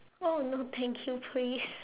oh no thank you please